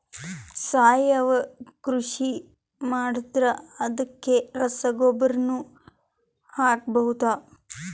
ಸಾವಯವ ಕೃಷಿ ಮಾಡದ್ರ ಅದಕ್ಕೆ ರಸಗೊಬ್ಬರನು ಹಾಕಬಹುದಾ?